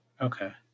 Okay